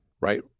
Right